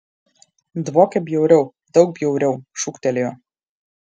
dvokia bjauriau daug bjauriau šūktelėjo